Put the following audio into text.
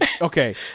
Okay